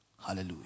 Hallelujah